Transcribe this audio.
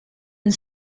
and